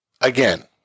Again